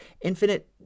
infinite